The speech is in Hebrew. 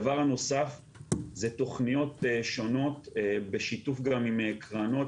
הדבר הנוסף זה תכניות שונות בשיתוף גם עם קרנות,